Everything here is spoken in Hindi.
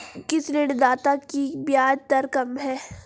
किस ऋणदाता की ब्याज दर कम है?